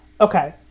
okay